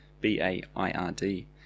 B-A-I-R-D